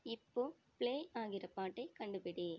இப்போது ப்ளே ஆகிற பாட்டை கண்டுபிடி